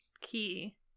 key